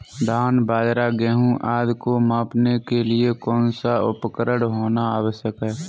धान बाजरा गेहूँ आदि को मापने के लिए कौन सा उपकरण होना आवश्यक है?